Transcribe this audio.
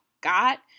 got